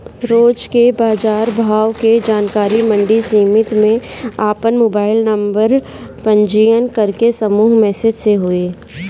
रोज के बाजार भाव के जानकारी मंडी समिति में आपन मोबाइल नंबर पंजीयन करके समूह मैसेज से होई?